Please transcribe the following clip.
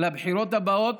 לבחירות הבאות